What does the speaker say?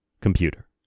computer